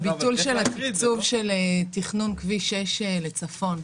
ביטול התקצוב של תכנון כביש 6 לצפון.